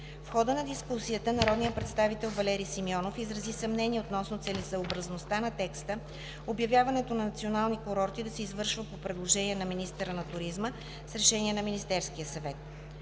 В хода на дискусията народният представител Валери Симеонов изрази съмнение относно целесъобразността на текста обявяването на национални курорти да се извършва по предложение на министъра на туризма с решение на Министерския съвет.